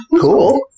Cool